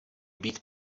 být